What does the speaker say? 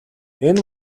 энэ